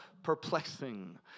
perplexing